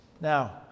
Now